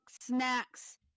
snacks